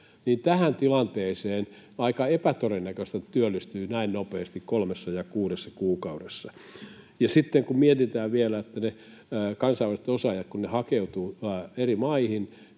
niin tässä tilanteesssa on aika epätodennäköistä, että työllistyy näin nopeasti, kolmessa tai kuudessa kuukaudessa. Sitten kun mietitään vielä, että kun ne kansainväliset osaajat hakeutuvat eri maihin,